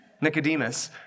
Nicodemus